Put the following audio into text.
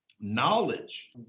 knowledge